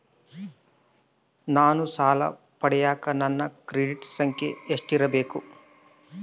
ನಾನು ಸಾಲ ಪಡಿಯಕ ನನ್ನ ಕ್ರೆಡಿಟ್ ಸಂಖ್ಯೆ ಎಷ್ಟಿರಬೇಕು?